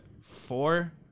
four